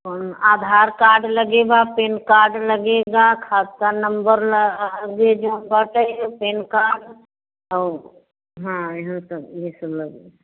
आधार card लगेगा PAN card लगेगा खाता नंबर लगे पैन कार्ड हाँ ये सब ये सब लगे